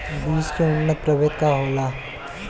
बीज के उन्नत प्रभेद का होला?